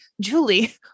Julie